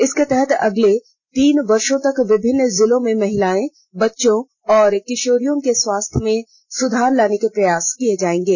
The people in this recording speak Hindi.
इसके तहत अगले तीन वर्षों तक विभिन्न जिलों में महिलाए बच्चों और किशोरियों के स्वास्थ्य में सुधार लाने के प्रयास किये जायेंगे